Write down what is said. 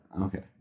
Okay